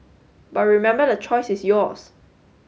but remember the choice is yours